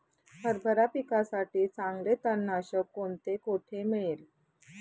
हरभरा पिकासाठी चांगले तणनाशक कोणते, कोठे मिळेल?